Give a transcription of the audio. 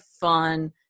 fun